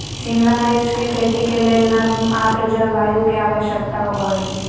शिमला मिर्च के खेती के लेल नर्म आद्र जलवायु के आवश्यकता होव हई